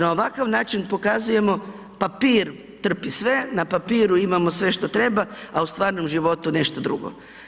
Na ovakav način pokazujemo papir trpi sve, na papiru imamo sve što treba, a u stvarnom životu nešto drugo.